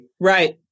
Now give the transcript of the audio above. Right